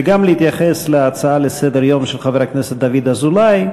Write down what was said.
וגם להתייחס להצעה לסדר-היום של חבר הכנסת דוד אזולאי.